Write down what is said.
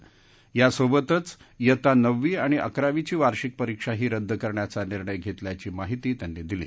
यासोबतच यासोबतच खित्ता नववी आणि अकरावीची वार्षिक परीक्षाही रद्द करण्याचा निर्णय घरक्रियाची माहितीही त्यांनी दिली